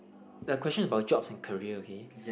a question about jobs and career okay